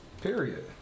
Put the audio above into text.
Period